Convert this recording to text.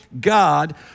God